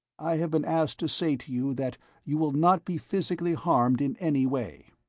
i have been asked to say to you that you will not be physically harmed in any way.